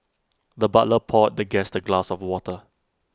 the butler poured the guest A glass of water